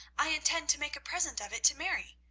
i intend to make a present of it to mary.